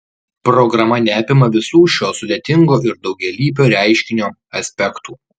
programa neapima visų šio sudėtingo ir daugialypio reiškinio aspektų